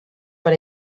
per